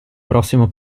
prossimo